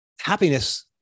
happiness